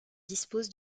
dispose